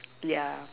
yeah